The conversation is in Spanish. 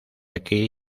aquí